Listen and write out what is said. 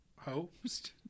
host